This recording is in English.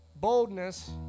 boldness